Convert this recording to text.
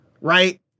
right